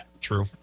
true